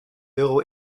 euro